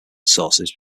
sources